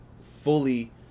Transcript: fully